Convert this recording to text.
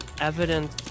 evidence